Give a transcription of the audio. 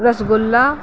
rasgulla